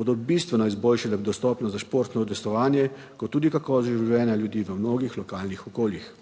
bodo bistveno izboljšale dostopnost za športno udejstvovanje kot tudi kakovost življenja ljudi v mnogih lokalnih okoljih.